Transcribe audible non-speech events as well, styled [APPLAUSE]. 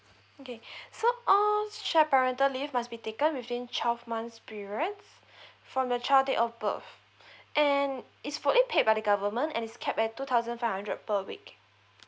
okay [BREATH] so all shared parental leave must be taken within twelve months periods [BREATH] from your child date of birth [BREATH] and is fully paid by the government and is capped at two thousand five hundred per week